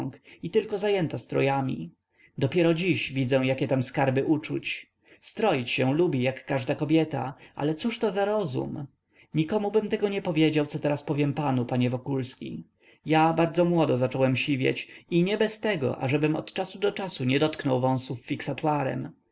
i tylko zajęta strojami dopiero dziś widzę jakie tam skarby uczuć stroić się lubi jak każda kobieta ale cóżto za rozum nikomubym tego nie powiedział co teraz powiem panu panie wokulski ja bardzo młodo zacząłem siwieć i nie bez tego ażebym od czasu do czasu nie dotknął